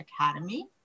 Academy